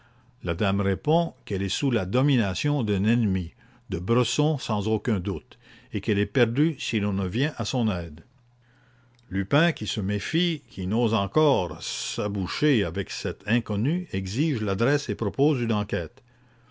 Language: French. la dame répond qu'elle est sous la domination d'un ennemi de bresson sans aucun doute et qu'elle est perdue si l'on ne vient à son aide lupin qui se méfie qui n'ose encore s'aboucher avec cette inconnue exige l'adresse et propose une enquête